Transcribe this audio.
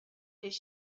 his